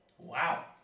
Wow